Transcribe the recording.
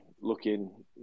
looking